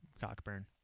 Cockburn